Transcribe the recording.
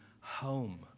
home